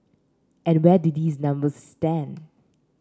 and where do these numbers stand